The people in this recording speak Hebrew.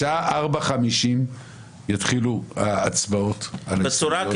בשעה 04:50 יתחילו ההצבעות על ההסתייגויות.